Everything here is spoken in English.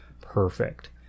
perfect